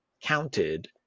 counted